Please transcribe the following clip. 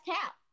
cap